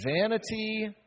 Vanity